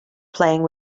playing